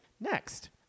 Next